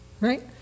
Right